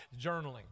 journaling